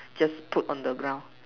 just put on the ground